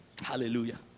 Hallelujah